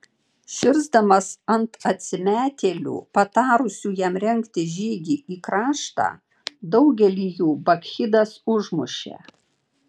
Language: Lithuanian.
širsdamas ant atsimetėlių patarusių jam rengti žygį į kraštą daugelį jų bakchidas užmušė